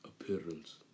appearance